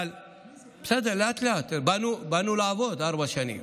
אבל, בסדר, לאט-לאט, באנו לעבוד ארבע שנים.